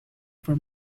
for